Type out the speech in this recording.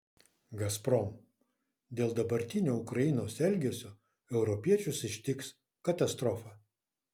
gazprom dėl dabartinio ukrainos elgesio europiečius ištiks katastrofa